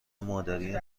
مادری